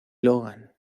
logan